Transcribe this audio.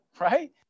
right